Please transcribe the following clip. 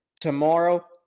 tomorrow